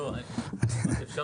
אני רוצה